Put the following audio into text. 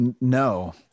No